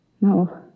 No